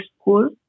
school